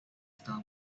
star